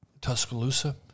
Tuscaloosa